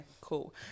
cool